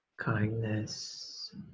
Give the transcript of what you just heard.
kindness